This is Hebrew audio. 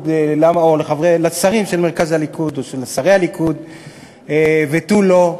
או לשרים של מרכז הליכוד או של שרי הליכוד ותו לא,